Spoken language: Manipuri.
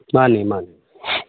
ꯃꯥꯅꯤ ꯃꯥꯅꯤ